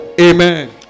Amen